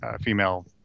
female